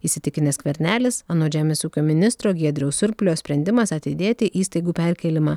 įsitikinęs skvernelis anot žemės ūkio ministro giedriaus surplio sprendimas atidėti įstaigų perkėlimą